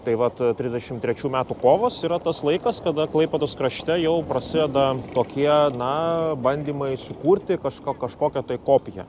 tai vat trisdešimt trečių metų kovas yra tas laikas kada klaipėdos krašte jau prasideda tokie na bandymai sukurti kažko kažkokią tai kopiją